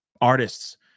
artists